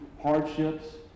hardships